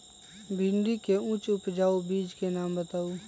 भिंडी के उच्च उपजाऊ बीज के नाम बताऊ?